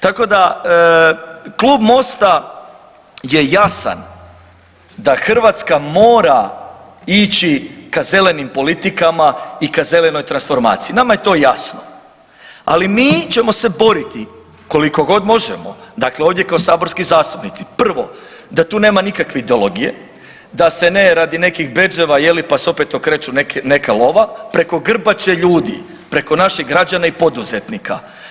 Tako da Klub MOST-a je jasan, da Hrvatska mora ići ka zelenim politikama i ka zelenoj transformaciji, nama je to jasno, ali mi ćemo se boriti, koliko god možemo, dakle ovdje kao saborski zastupnici, prvo da tu nema nikakve ideologije, da se ne radi nekih bedževa, je li, pa se opet okreče neka lova, preko grbače ljudi, preko naših građana i poduzetnika.